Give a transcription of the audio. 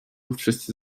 wszyscy